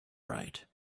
right